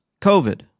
COVID